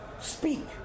speak